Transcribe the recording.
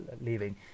leaving